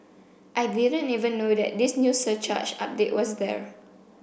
I didn't even know that this new surcharge update was there